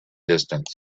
distance